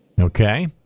Okay